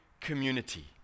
Community